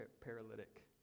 paralytic